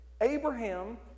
Abraham